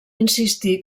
insistir